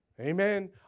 Amen